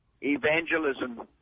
evangelism